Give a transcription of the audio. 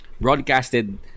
broadcasted